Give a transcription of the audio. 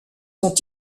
sont